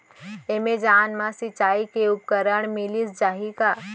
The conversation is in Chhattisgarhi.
एमेजॉन मा सिंचाई के उपकरण मिलिस जाही का?